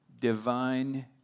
divine